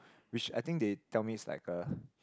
which I think they tell me is like a